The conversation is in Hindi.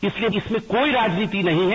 इसलिए इसमें कोई राजनीति नहीं है